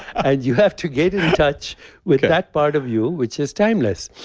and you have to get in touch with that part of you, which is timeless.